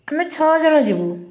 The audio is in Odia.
ଆମେ ଛଅ ଜଣ ଯିବୁ